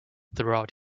throughout